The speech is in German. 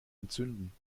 entzünden